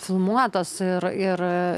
filmuotas ir ir